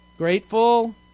Grateful